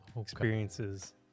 experiences